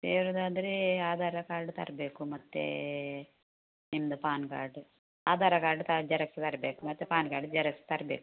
ಸೇರೋದಾದ್ರೆ Aadhaar card ತರಬೇಕು ಮತ್ತೆ ನಿಮ್ಮದು ಪಾನ್ ಕಾರ್ಡ್ ಆಧಾರ್ ಕಾರ್ಡ್ ಸಹ ಜೆರಾಕ್ಸ್ ತರಬೇಕು ಮತ್ತೆ ಪಾನ್ ಕಾರ್ಡ್ ಜೆರಾಕ್ಸ್ ತರಬೇಕು